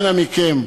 אנא מכם,